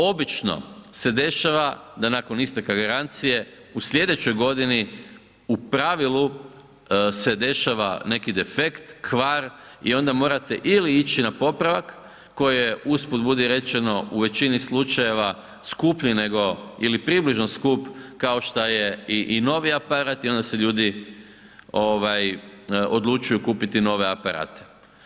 Obično se dešava da nakon isteka garancije u sljedećoj godini u pravilu se dešava neki defekt, kvar i onda morate ili ići na popravak koji je usput budi rečeno u većini slučajeva skuplji nego ili približno skup kao šta je i novi aparat i onda se ljudi odlučuju kupiti nove aparate.